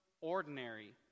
ordinary